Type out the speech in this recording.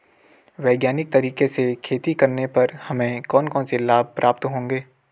वैज्ञानिक तरीके से खेती करने पर हमें कौन कौन से लाभ प्राप्त होंगे?